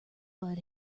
but